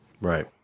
Right